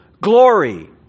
glory